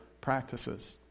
practices